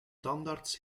tandarts